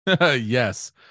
yes